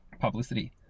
publicity